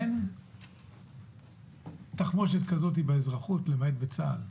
אין תחמושת כזאת באזרחות למעט בצה"ל.